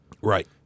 Right